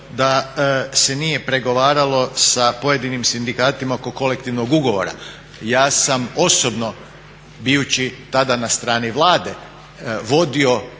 da se nije pregovaralo sa pojedinim sindikatima oko kolektivnog ugovora. Ja sam osobno, bijući tada na strani Vlade, vodio